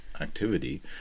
activity